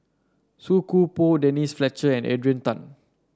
Song Koon Poh Denise Fletcher and Adrian Tan